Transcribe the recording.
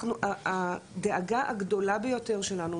הדאגה הגדולה ביותר שלנו,